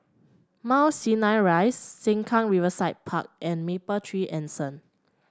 Mount Sinai Rise Sengkang Riverside Park and Mapletree Anson